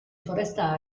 foresta